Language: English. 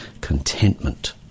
contentment